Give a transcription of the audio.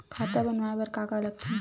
खाता बनवाय बर का का लगथे?